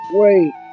wait